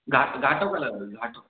घाट घाटो कलर ॾिजो घाटो